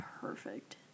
perfect